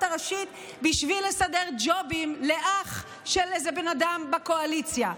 הראשית בשביל לסדר ג'ובים לאח של איזה בן אדם בקואליציה.